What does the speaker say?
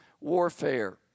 warfare